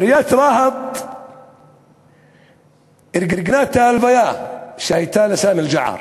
עיריית רהט ארגנה את ההלוויה לסאמי אל-ג'עאר